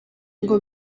ngo